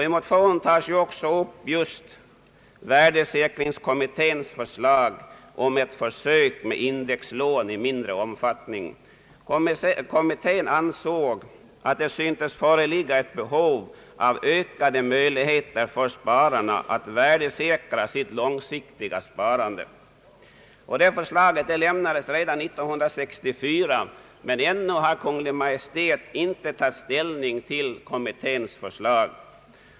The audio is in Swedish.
I motionerna tas också upp värdesäkringskommitténs förslag till ett försök med indexlån i mindre omfattning. Kommittén ansåg att det syntes föreligga ett behov av ökade möjligheter för spararna att värdesäkra sitt långfristiga sparande. Det förslaget lämnades redan år 1964, men ännu har Kungl. Maj:t inte tagit ställning till kommitténs förslag.